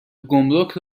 گمرک